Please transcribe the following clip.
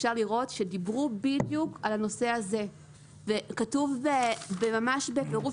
אפשר לראות שדיברו בדיוק על הנושא הזה וכתוב ממש בפירוט.